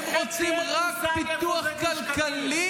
הם רוצים רק פיתוח כלכלי,